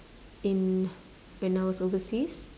in when I was overseas